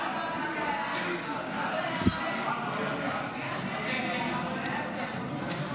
הצעת סיעת המחנה הממלכתי להביע אי-אמון בממשלה לא נתקבלה.